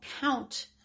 count